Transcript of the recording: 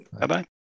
Bye-bye